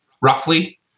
roughly